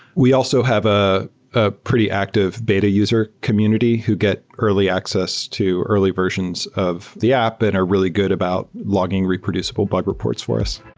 we also have ah a pretty active beta user community who get early access to early versions of the app and are really good about logging reproducible bug reports for us